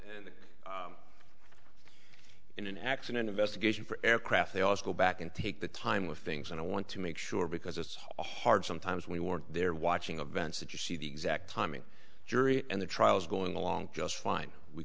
well in an accident investigation for aircraft they always go back and take the time with things and i want to make sure because it's hard sometimes we weren't there watching a vents that you see the exact timing jury and the trial is going along just fine we